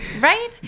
right